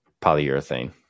polyurethane